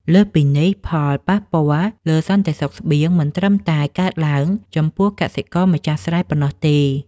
លើសពីនេះ ផលប៉ះពាល់លើសន្តិសុខស្បៀងមិនត្រឹមតែកើតឡើងចំពោះកសិករម្ចាស់ស្រែប៉ុណ្ណោះទេ។